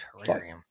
terrarium